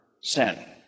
sin